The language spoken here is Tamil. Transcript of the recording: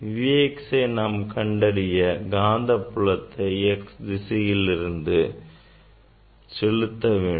Vx ஐ நாம் கண்டறிய காந்தப்புலத்தை z திசையிலிருந்து செலுத்த வேண்டும்